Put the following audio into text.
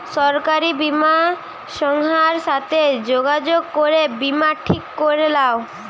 সরকারি বীমা সংস্থার সাথে যোগাযোগ করে বীমা ঠিক করে লাও